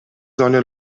seine